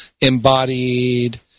embodied